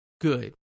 Good